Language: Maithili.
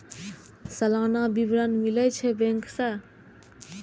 सलाना विवरण मिलै छै बैंक से?